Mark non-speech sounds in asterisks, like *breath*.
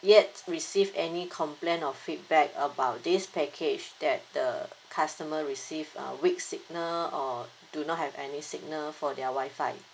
yet receive any complain or feedback about this package that the customer receive uh weak signal or do not have any signal for their WI-FI *breath*